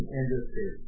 industry